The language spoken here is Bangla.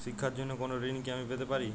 শিক্ষার জন্য কোনো ঋণ কি আমি পেতে পারি?